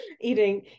eating